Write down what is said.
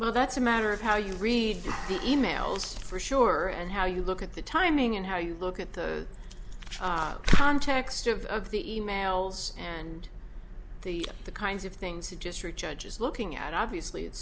well that's a matter of how you read the e mails for sure and how you look at the timing and how you look at the context of the e mails and the the kinds of things that district judge is looking at obviously it's